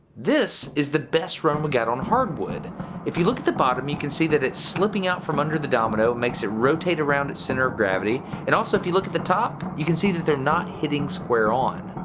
this is the best run we got on hardwood if you look at the bottom you can see that it's slipping out from under the domino makes it rotate around its center of gravity and also if you look at the top you can see that they're not hitting square on